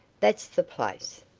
that's the place.